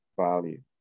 value